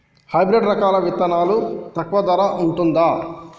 Hybrid రకాల విత్తనాలు తక్కువ ధర ఉంటుందా?